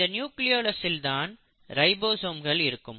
இந்த நியூக்ளியோலசில் தான் ரைபோசோம்கள் இருக்கும்